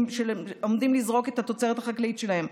שעומדים לזרוק את התוצרת החקלאית שלהם.